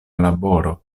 laboro